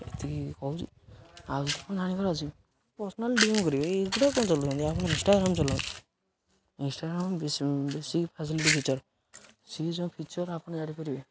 ଏତିକି କହୁଛି ଆଉ କ'ଣ ଜାଣିବାର ଅଛି ପର୍ସନାଲ୍ ଡି ମ୍ କରିବେ ଏଗୁଡ଼ା କ'ଣ ଚଲାଉଛନ୍ତି ଆପଣ ଇନଷ୍ଟାଗ୍ରାମ୍ ଚଲାନ୍ତୁ ଇନଷ୍ଟାଗ୍ରମ୍ ବେଶୀ ଫ୍ୟାସିଲିଟି ଫିଚର ସିଏ ଯେଉଁ ଫିଚର୍ ଆପଣ ଜାଣି ପାରିବେ